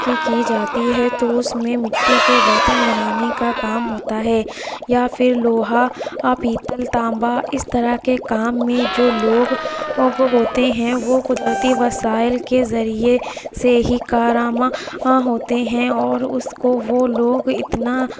کی کی جاتی ہے تو اس میں مٹی کے برتن بنانے کا کام ہوتا ہے یا پھر لوہا پیتل تامبا اس طرح کے کام میں جو لوگ ہوتے ہیں وہ قدرتی وسائل کے ذریعے سے ہی کارآمد ہوتے ہیں اور اس کو وہ لوگ اتنا